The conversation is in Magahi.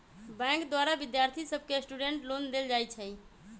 बैंक द्वारा विद्यार्थि सभके स्टूडेंट लोन देल जाइ छइ